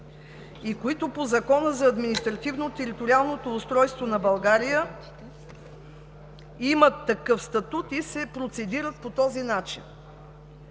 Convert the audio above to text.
и които по Закона за административно-териториалното устройство на България имат такъв статут и се процедират по този начин.